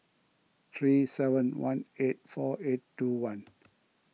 three seven one eight four eight two one